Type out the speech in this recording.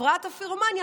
הפרעת הפירומניה,